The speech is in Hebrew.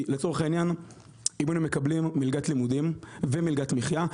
כי לצורך העניין אם היינו מקבלים מלגת לימודים ומלגת מחייה,